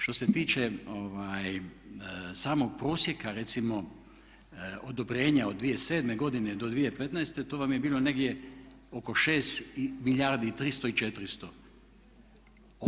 Što se tiče samog prosjeka recimo odobrenja od 2007. godine do 2015. to vam je bilo negdje oko 6 milijardi i 300 i 400.